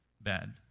bad